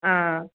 ആ